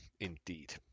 Indeed